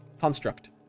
construct